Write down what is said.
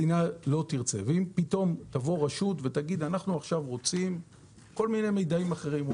אם פתאום תבוא רשות ותגיד שעכשיו היא רוצה כל מיני מידעים אחרים.